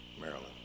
Maryland